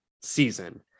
season